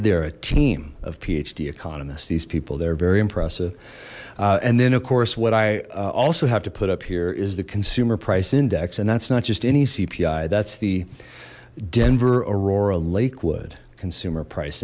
they're a team of phd economists these people they're very impressive and then of course what i also have to put up here is the consumer price index and that's not just any cpi that's the denver aurora lakewood consumer price